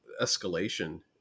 escalation